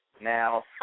Now